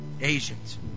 Asians